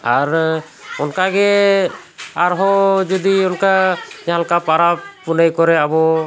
ᱟᱨ ᱚᱱᱠᱟ ᱜᱮ ᱟᱨᱦᱚᱸ ᱡᱩᱫᱤ ᱚᱱᱠᱟ ᱡᱟᱦᱟᱸ ᱞᱮᱠᱟ ᱯᱚᱨᱚᱵᱽ ᱯᱩᱱᱟᱹᱭ ᱠᱚᱨᱮ ᱟᱵᱚ